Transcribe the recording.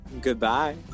Goodbye